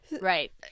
right